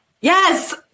yes